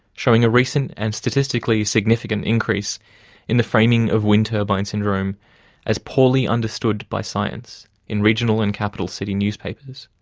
showing a recent and statistically significant increase in the framing of wind turbine syndrome as poorly understood by science in regional and capital city newspapers.